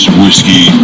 whiskey